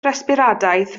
resbiradaeth